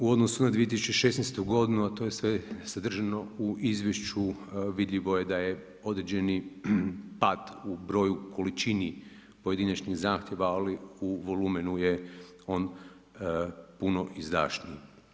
U odnosu na 2916. godinu, a to je sve sadržano u izvješću, vidljivo je da je određeni pad u broju, količina pojedinačnih zahtjeva, ali u volumenu je on puno izdašniji.